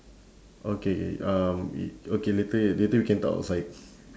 okay K um i~ okay later later we can talk outside